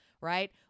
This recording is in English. right